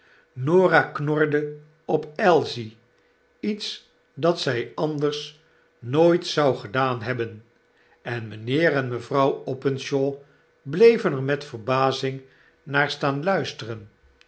norah knorde op ailsie lets dat zij anders nooit zou gedaan hebben en mijnheer en mevrouw openshaw blevenermet verbazing naar staan luisteren